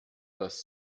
das